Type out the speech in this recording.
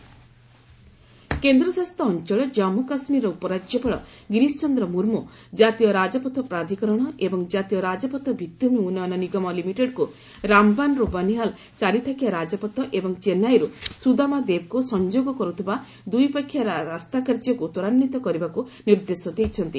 JK highway projects କେନ୍ଦ୍ରଶାସିତ ଅଞ୍ଚଳ ଜାନ୍ଗୁ କାଶ୍ମୀରର ଉପରାଜ୍ୟପାଳ ଗିରିଶ ଚନ୍ଦ୍ର ମୁର୍ମୁ ଜାତୀୟ ରାଜପଥ ପ୍ରାଧିକରଣ ଏବଂ ଜାତୀୟ ରାଜପଥ ଭିଭିଭୂମି ଉନ୍ନୟନ ନିଗମ ଲିମିଟେଡ୍କୁ ରାମ୍ବାନ୍ରୁ ବନିହାଲ୍ ଚାରିଥାକିଆ ରାଜପଥ ଏବଂ ଚେନ୍ନାଇରୁ ସୁଦାମାଦେବ୍କୁ ସଂଯୋଗ କରୁଥିବା ଦୁଇପାଖିଆ ରାସ୍ତାକାର୍ଯ୍ୟକୁ ତ୍ୱରାନ୍ୱିତ କରିବାକୁ ନିର୍ଦ୍ଦେଶ ଦେଇଛନ୍ତି